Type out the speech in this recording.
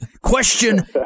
Question